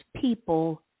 people